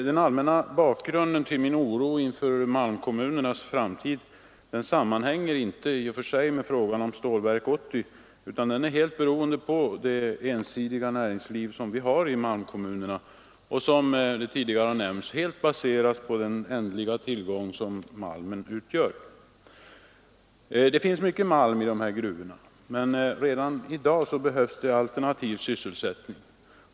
Den allmänna bakgrunden till min oro inför malmkommunernas framtid är inte i och för sig frågan om Stålverk 80 utan det ensidiga näringsliv som vi har i malmkommunerna och som helt baseras på den ändliga tillgång som malmen utgör. Det finns mycket malm i dessa gruvor, men redan i dag behövs alternativ sysselsättning.